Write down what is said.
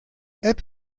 app